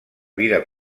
vida